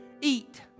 eat